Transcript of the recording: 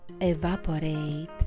evaporate